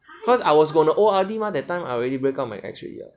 cause I was going to O_R_D mah that time I already break up with my ex already [what]